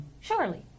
Surely